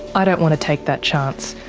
i don't want to take that chance,